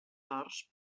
horts